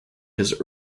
his